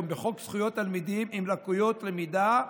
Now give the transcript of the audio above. בחוק זכויות תלמידים עם לקויות למידה,